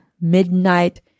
midnight